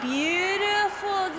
beautiful